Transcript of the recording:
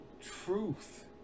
truth